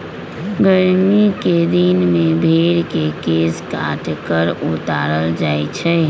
गरमि कें दिन में भेर के केश काट कऽ उतारल जाइ छइ